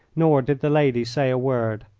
nor did the lady say a word.